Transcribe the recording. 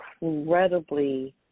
incredibly